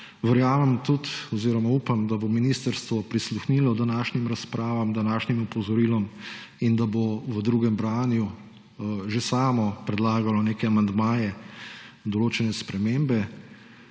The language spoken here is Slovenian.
Verjamem tudi oziroma upam, da bo ministrstvo prisluhnilo današnjim razpravam, današnjim opozorilom, in da bo v drugem branju že samo predlagalo neke amandmaje, določene spremembe.